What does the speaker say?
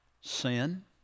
Sin